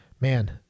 Man